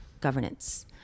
governance